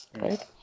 right